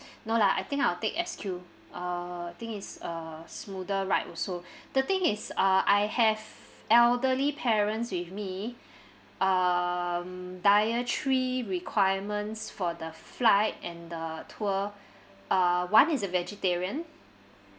no lah I think I will take S_Q uh I think it's a smoother ride also the thing is uh I have elderly parents with me um dietary requirements for the flight and the tour uh one is a vegetarian